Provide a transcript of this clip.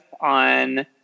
on